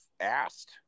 asked